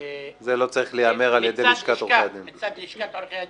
עורכי הדין -- זה לא צריך להיאמר על ידי לשכת עורכי הדין.